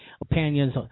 opinions